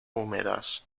húmedas